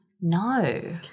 No